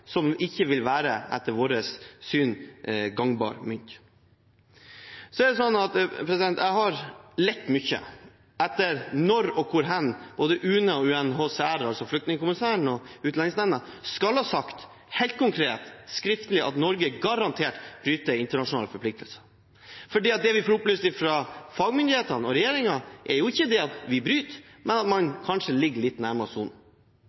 etter vårt syn ikke vil være gangbar mynt. Jeg har lett mye etter når og hvor hen både UNE og UNHCR – Utlendingsnemnda og flyktningkommissæren – skal ha sagt helt konkret, skriftlig, at Norge garantert bryter internasjonale forpliktelser. Det vi får opplyst fra fagmyndighetene og regjeringen, er jo ikke at vi bryter, men at man kanskje ligger litt nærmere